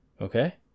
okay